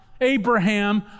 Abraham